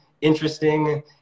interesting